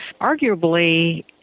arguably